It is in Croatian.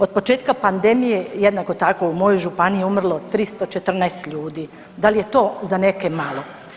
Od početka pandemije jednako tako u mojoj županiji je umrlo 314 ljudi, da li je to za neke malo.